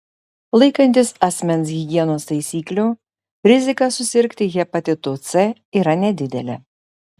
laikantis asmens higienos taisyklių rizika susirgti hepatitu c yra nedidelė